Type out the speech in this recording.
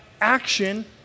action